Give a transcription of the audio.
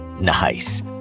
Nice